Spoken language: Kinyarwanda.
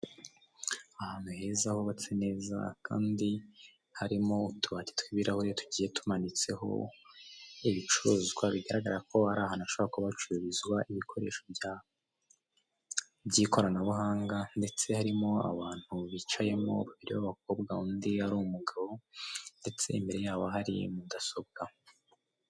Ahantu heza hubatse neza kandi harimo utubati tw'ibirahuri tugiye tumanitseho ibicuruzwa bigaragara ko ari ahantu hashobora kuba hacururizwa ibikoresho by'ikoranabuhanga ndetse harimo abantu bicayemo umwe ari umukobwa undi ari umugabo ndetse imbere yabo hari mudasobwa.